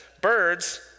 birds